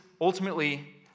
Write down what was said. ultimately